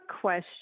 question